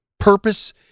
purpose